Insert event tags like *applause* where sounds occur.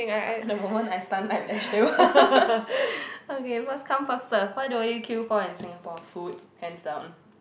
at the moment I stun like vegetable *laughs* okay first come first serve what do we queue for in Singapore food hands down